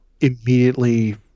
immediately